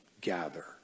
gather